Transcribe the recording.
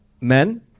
Men